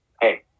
hey